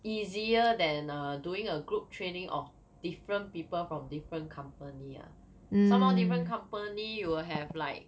easier than err doing a group training of different people from different company lah some more company you will have like